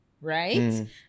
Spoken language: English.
right